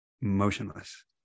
motionless